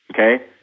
okay